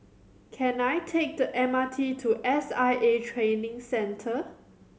can I take the M R T to S I A Training Centre